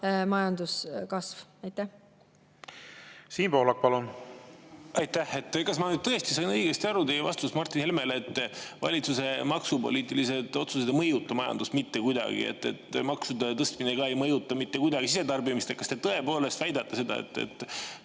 need kaks asja ära. Aitäh! Kas ma tõesti sain õigesti aru teie vastusest Martin Helmele, et valitsuse maksupoliitilised otsused ei mõjuta majandust mitte kuidagi, et maksude tõstmine ka ei mõjuta mitte kuidagi sisetarbimist? Kas te tõepoolest väidate, et